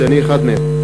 שאני אחד מהם.